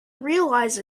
realize